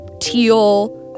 teal